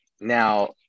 Now